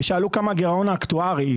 ושאלו כמה הגירעון האקטוארי.